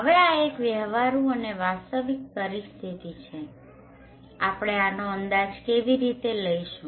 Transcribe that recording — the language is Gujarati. હવે આ એક વ્યવહારુ અને વાસ્તવિક પરિસ્થિતિ છે આપણે આનો અંદાજ કેવી રીતે લઈશું